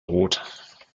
rot